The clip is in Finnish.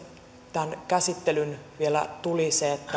tämän käsittelyn vielä tuli se